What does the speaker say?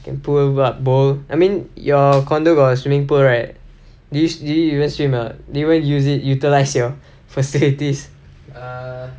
pool but oh I mean your condo got a swimming pool right do you do you even swim not do you utilise your facilities